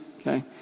Okay